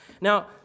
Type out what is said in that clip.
Now